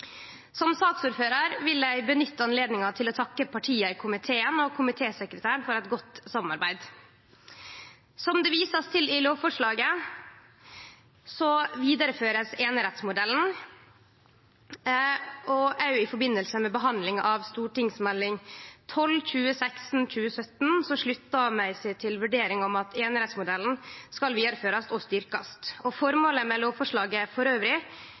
Som saksordførar vil eg nytte anledninga til å takke partia i komiteen og komitésekretæren for eit godt samarbeid. Som det blir vist til i lovforslaget, blir einerettsmodellen vidareført, og òg i forbindelse med behandlinga av Meld. St. 12 for 2016–2017 slutta ein seg til ei vurdering om at einerettsmodellen skal vidareførast og styrkjast. Føremålet med lovforslaget elles er å samle og